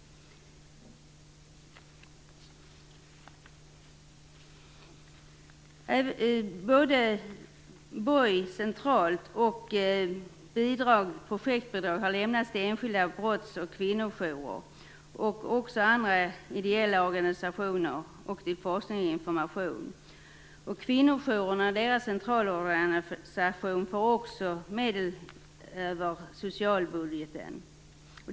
Projektbidrag har lämnats både till BOJ centralt och till enskilda brotts och kvinnojourer. Även andra ideella organisationer har fått bidrag till forskning och information. Kvinnojourerna och deras centralorganisation får också medel över socialbudgeten.